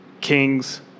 Kings